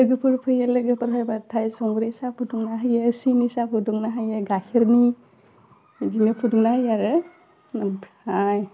लोगोफोर फैयो लोगोफोर फैबाथाइ संख्रि साहा फुदुंना होयो सिनि साहा फुदुंना होयो गाखेरनि बिदिनो फुदुंना होयो आरो ओमफ्राय